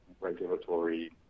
regulatory